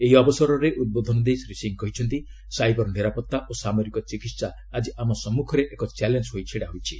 ଏହି ଅବସରରେ ଉଦ୍ବୋଧନ ଦେଇ ଶ୍ରୀ ସିଂହ କହିଛନ୍ତି ସାଇବର ନିରାପତ୍ତା ଓ ସାମରିକ ଚିକିତ୍ସା ଆଜି ଆମ ସମ୍ମୁଖରେ ଏକ ଚ୍ୟାଲେଞ୍ଜ ହୋଇ ଛିଡାହୋଇଛି